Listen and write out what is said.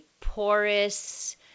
porous